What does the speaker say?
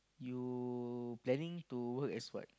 you planning to work as what